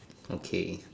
okay